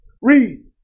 Read